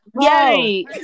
yay